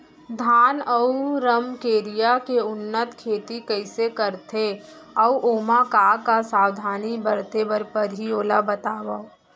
धान अऊ रमकेरिया के उन्नत खेती कइसे करथे अऊ ओमा का का सावधानी बरते बर परहि ओला बतावव?